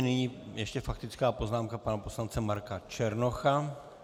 Nyní ještě faktická poznámka pana poslance Marka Černocha.